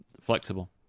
flexible